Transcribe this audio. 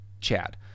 Chad